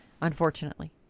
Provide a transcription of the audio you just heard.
Unfortunately